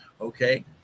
Okay